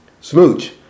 Smooch